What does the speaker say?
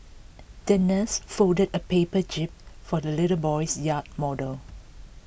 the nurse folded A paper jib for the little boy's yacht model